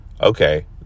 Okay